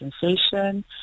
sensation